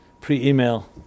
pre-email